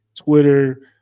Twitter